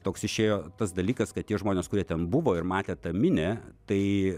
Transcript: toks išėjo tas dalykas kad tie žmonės kurie ten buvo ir matė tą minią tai